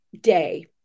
Day